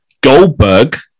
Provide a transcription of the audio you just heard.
Goldberg